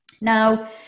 Now